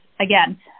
again